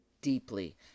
deeply